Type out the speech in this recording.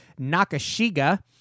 Nakashiga